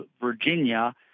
Virginia